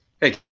Hey